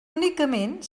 únicament